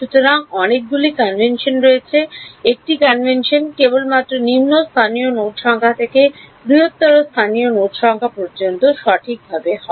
সুতরাং অনেকগুলি কনভেনশন রয়েছে একটি কনভেনশন কেবলমাত্র নিম্ন স্থানীয় নোড সংখ্যা থেকে বৃহত্তর স্থানীয় নোড সংখ্যা পর্যন্ত সঠিকভাবে হয়